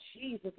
Jesus